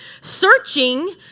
searching